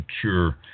cure